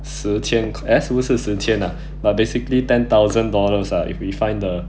十千 eh 是不是十千 ah but basically ten thousand dollars ah if we find the